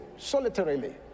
Solitarily